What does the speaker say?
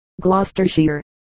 Gloucestershire